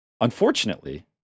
unfortunately